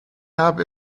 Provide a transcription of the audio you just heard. habe